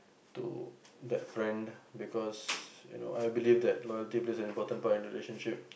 to that friend because you know I believe that loyalty plays an important part in a relationship